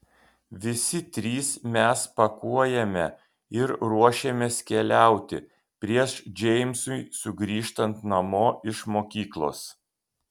visi trys mes pakuojame ir ruošiamės keliauti prieš džeimsui sugrįžtant namo iš mokyklos